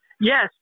Yes